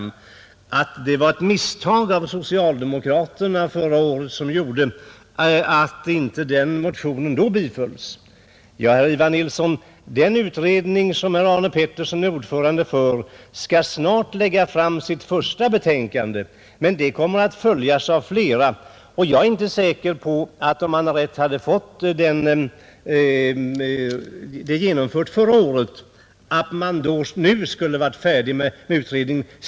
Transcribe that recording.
Han sade att det var ett misstag av socialdemokraterna att de förra året inte röstade för motionen. Den utredning som herr Arne Pettersson är ordförande i skall snart lägga fram sitt första betänkande. Men det kommer att följas av flera. Jag är inte säker på att utredningen, om den förra året hade fått detta uppdrag, nu skulle ha varit färdig med det arbetet.